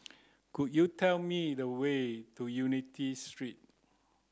could you tell me the way to Unity Street